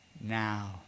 now